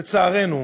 לצערנו,